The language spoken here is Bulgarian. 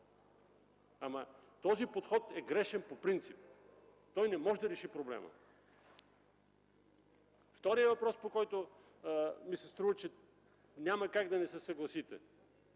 Ама този подход е грешен по принцип. Той не може да реши проблема. Втори въпрос, по който ми се струва, че няма как да не се съгласите